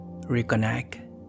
Reconnect